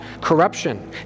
corruption